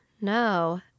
No